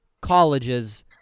colleges